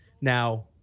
now